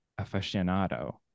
aficionado